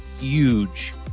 huge